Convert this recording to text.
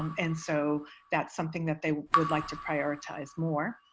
um and so that's something that they would like to prioritize more.